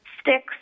sticks